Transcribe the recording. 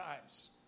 times